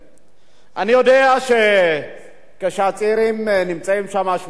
אני יודע שכשהצעירים נמצאים שם 81 ימים,